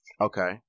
okay